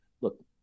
Look